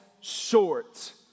short